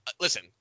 Listen